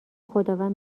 خداوند